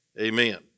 amen